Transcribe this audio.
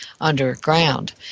underground